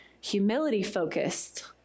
Humility-focused